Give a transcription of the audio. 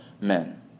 men